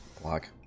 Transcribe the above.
block